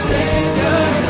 Savior